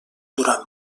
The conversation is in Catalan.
durant